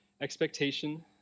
expectation